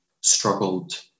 struggled